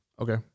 Okay